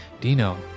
Dino